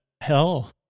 hell